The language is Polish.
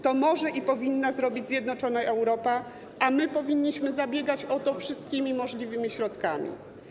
To może i powinna zrobić zjednoczona Europa, a my powinniśmy zabiegać o to wszystkimi możliwymi środkami.